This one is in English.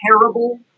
terrible